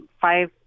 five